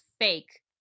fake